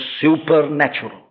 supernatural